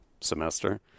semester